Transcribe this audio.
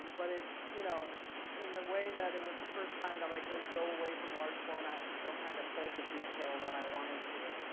but ah you know in the way that it was the first time that i could go away from large format and still, kind of, hold the detail that i wanted to.